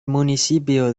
municipio